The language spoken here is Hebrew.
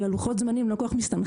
אבל לוחות הזמנים לא כל כך מסתנכרנים.